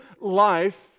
life